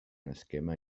esquema